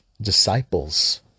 disciples